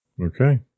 Okay